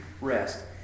rest